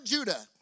Judah